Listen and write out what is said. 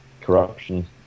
corruption